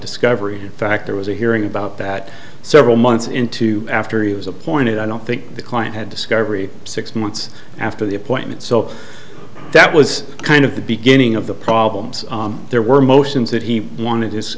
discovery in fact there was a hearing about that several months into after he was appointed i don't think the client had discovery six months after the appointment so that was kind of the beginning of the problems there were motions that he wanted his